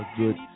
good